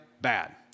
bad